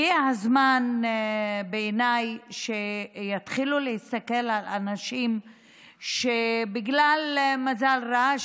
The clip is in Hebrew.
בעיניי הגיע הזמן שיתחילו להסתכל על אנשים שבגלל מזל רע,